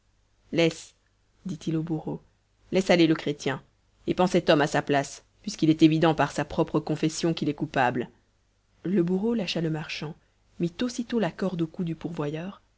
laisse dit-il au bourreau laisse aller le chrétien et pends cet homme à sa place puisqu'il est évident par sa propre confession qu'il est coupable le bourreau lâcha le marchand mit aussitôt la corde au cou du pourvoyeur